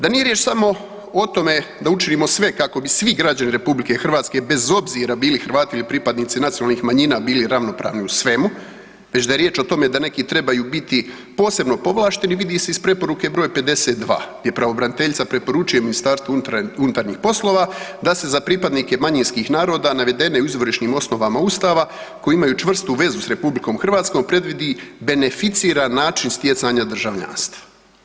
Da nije riječ samo o tome da učinimo sve kako bi svi građani RH bez obzira bili Hrvati ili pripadnici nacionalnih manjina bili ravnopravni u svemu, već da je riječ o tome da neki trebaju biti posebno povlašteni, vidi se iz preporuke br. 52 gdje pravobraniteljica preporučuje MUP-u da se za pripadnike manjinskih naroda navedene u izvorišnim osnovama Ustava koji imaju čvrstu vezu sa RH, predvidi beneficiran način stjecanja državljanstva.